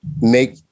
make